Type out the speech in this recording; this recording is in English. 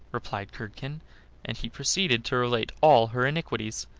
replied curdken and he proceeded to relate all her iniquities,